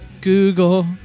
Google